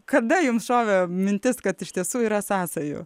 kada jums šovė mintis kad iš tiesų yra sąsajų